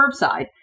curbside